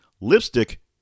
lipstick